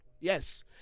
yes